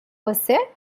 você